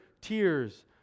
tears